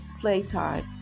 playtime